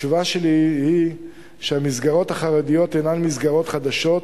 התשובה שלי היא שהמסגרות החרדיות הינן מסגרות חדשות,